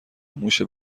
موش